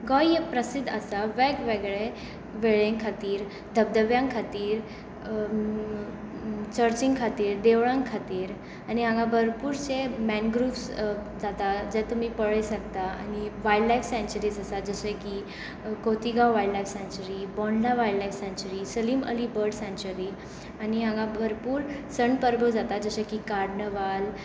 गोंय प्रसिद्ध आसा वेगवगळे वेळें खातीर धबधब्यां खातीर चर्चीं खातीर देवळां खातीर आनी हांगा भरपूरशे मेनग्रुवज जाता जे तुमी पळय सकता आनी वायल्ड लायफ सँन्च्युरीस आसा जशें की Khotigao wild life सँच्युरी Bondla wild life सँच्युरी Salim Ali बड सँच्युरी आनी हांगा भरपूर सण परबो जाता जशे की कार्नवाल